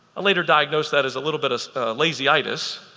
later diagnosed that as a little bit of lazyitis.